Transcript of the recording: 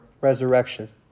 resurrection